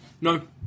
No